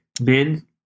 Ben